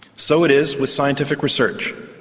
so it is with scientific research.